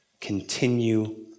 continue